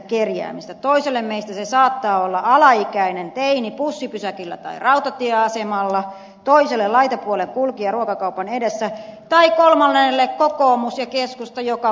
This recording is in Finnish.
toiselle meistä se saattaa olla alaikäinen teini bussipysäkillä tai rautatieasemalla toiselle laitapuolen kulkija ruokakaupan edessä tai kolmannelle kokoomus ja keskusta joka vaalien alla